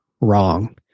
wrong